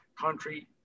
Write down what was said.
country